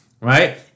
right